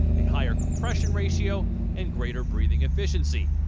a higher compression ratio and greater breathing efficiency.